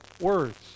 words